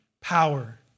power